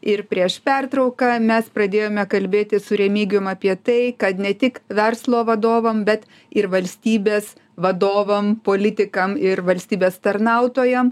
ir prieš pertrauką mes pradėjome kalbėti su remigijum apie tai kad ne tik verslo vadovam bet ir valstybės vadovam politikam ir valstybės tarnautojam